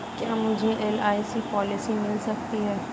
क्या मुझे LIC policy मिल सकती है?